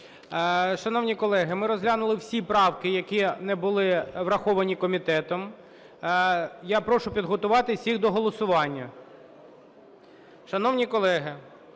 Шановні колеги, ми розглянули всі правки, які не були враховані комітетом. Я прошу підготуватися всіх до голосування.